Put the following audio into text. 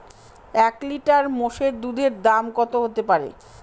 এক লিটার মোষের দুধের দাম কত হতেপারে?